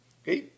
okay